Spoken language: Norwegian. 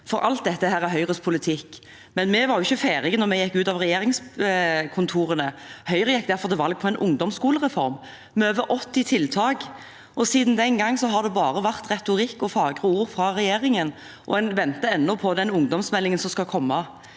alt dette er Høyres politikk. Vi var imidlertid ikke ferdig da vi gikk ut av regjeringskontorene. Høyre gikk derfor til valg på en ungdomsskolereform med over 80 tiltak. Siden den gang har det bare vært retorikk og fagre ord fra regjeringen, og en venter ennå på den ungdomsmeldingen som skal